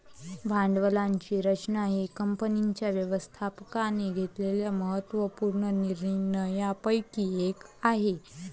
भांडवलाची रचना ही कंपनीच्या व्यवस्थापकाने घेतलेल्या महत्त्व पूर्ण निर्णयांपैकी एक आहे